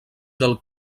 del